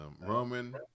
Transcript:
Roman